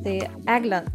tai egle